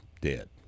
dead